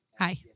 Hi